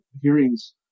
hearings